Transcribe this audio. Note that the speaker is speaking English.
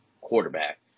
quarterback